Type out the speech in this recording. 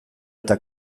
eta